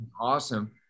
Awesome